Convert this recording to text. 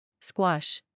Squash